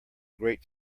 great